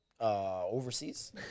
overseas